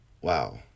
wow